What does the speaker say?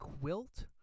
Quilt